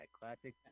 classic